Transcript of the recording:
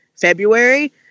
February